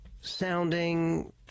sounding